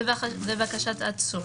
לבקשת עצור,